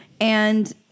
and-